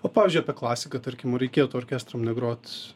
o pavyzdžiui apie klasiką tarkim ar reikėtų orkestram negrot